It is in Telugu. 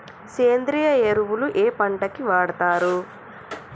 సేంద్రీయ ఎరువులు ఏ పంట కి వాడుతరు?